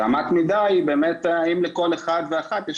אמת המידה היא באמת האם לכל אחד ואחת יש